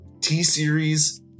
t-series